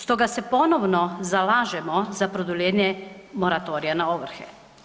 Stoga se ponovno zalažemo za produljenje moratorija na ovrhe.